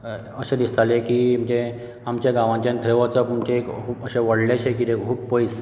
अशें दिसतालें की म्हणजे आमच्या गांवानच्यान थंय वचप म्हणजे खूब अशें व्हडलेंशें कितें खूब पयस